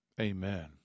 Amen